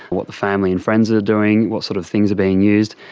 what the family and friends are doing, what sort of things are being used,